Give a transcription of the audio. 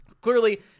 Clearly